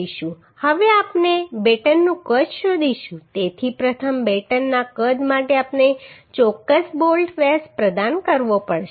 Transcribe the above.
હવે આપણે બેટનનું કદ શોધીશું તેથી પ્રથમ બેટનના કદ માટે આપણે ચોક્કસ બોલ્ટ વ્યાસ પ્રદાન કરવો પડશે